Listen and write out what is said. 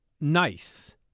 nice